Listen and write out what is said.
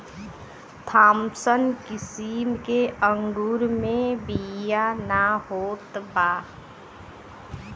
Thompson किसिम के अंगूर मे बिया ना होत बा